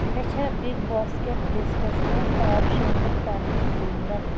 مےٚ چھےٚ big basket لسٹَس منٛز آب شٲمِل کرنٕچ ضروٗرت